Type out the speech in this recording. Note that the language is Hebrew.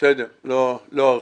לא ארחיב.